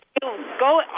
Go